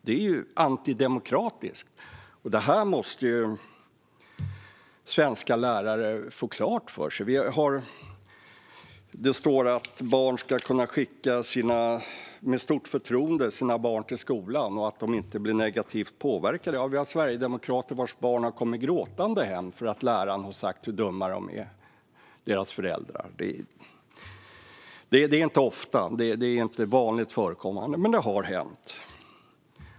Detta är antidemokratiskt, och det måste svenska lärare få klart för sig. Statsrådet säger att föräldrar med stort förtroende ska kunna skicka sina barn till skolan och att barnen inte ska bli negativt påverkade. Det finns sverigedemokrater vars barn har kommit gråtande hem för att läraren har talat om hur dumma deras föräldrar är. Detta är inte vanligt förekommande, men det har hänt.